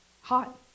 Hot